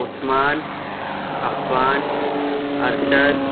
Usman Affan Arshad